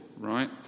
Right